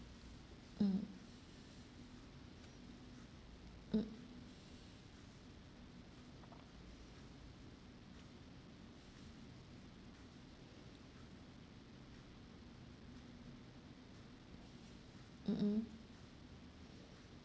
mm mm mm mm